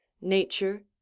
nature